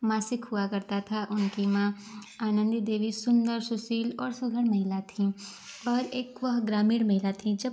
मासिक हुआ करता था उनकी माँ आनंदी देवी सुंदर सुशील और सुघड़ महिला थीं पर एक वह ग्रामीण महिला थीं जब